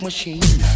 Machine